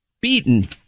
beaten